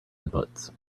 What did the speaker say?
inputs